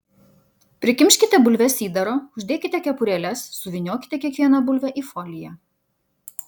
prikimškite bulves įdaro uždėkite kepurėles suvyniokite kiekvieną bulvę į foliją